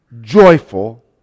joyful